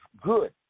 good